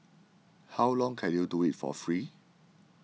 how long can you do it for free